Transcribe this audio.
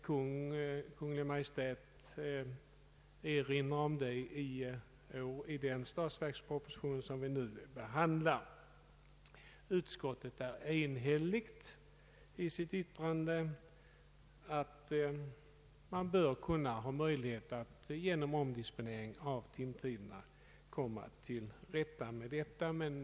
Kungl. Maj:t erinrar också om detta i den proposition som vi nu behandlar. Utskottet är enhälligt i sitt yttrande att det bör finnas möjlighet att genom omdisponering av timtiderna komma till rätta med detta problem.